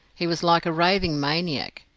he was like a raving maniac.